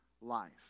life